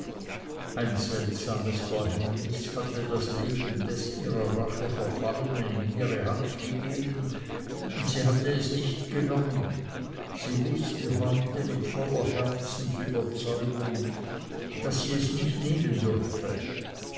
ein seltsames verhängnis hatte das leben des ihrer rache verfallenen in ihre hand gegeben und sie hatte es nicht genommen sie wußte heute mit voller herzensüberzeugung daß sie es nicht nehmen dürfe